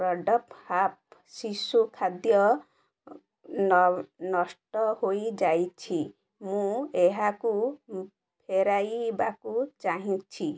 product ହାପ୍ପା ଶିଶୁ ଖାଦ୍ୟ ନଷ୍ଟ ହୋଇଯାଇଛି ମୁଁ ଏହାକୁ ଫେରାଇବାକୁ ଚାହୁଁଛି